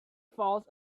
falls